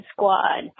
Squad